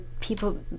People